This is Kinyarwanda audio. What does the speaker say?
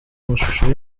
amashusho